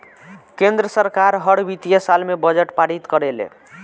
केंद्र सरकार हर वित्तीय साल में बजट पारित करेले